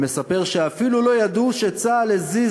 והוא מספר שאפילו לא ידעו שצה"ל הזיז